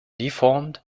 deformed